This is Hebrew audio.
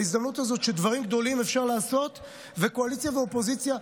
ההזדמנות הזאת שאפשר לעשות דברים גדולים וקואליציה ואופוזיציה.